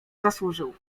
zasłużył